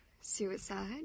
Suicide